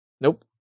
Nope